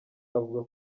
avuga